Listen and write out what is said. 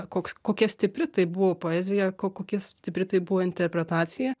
koks kokia stipri tai buvo poezija ko kokia stipri tai buvo interpretacija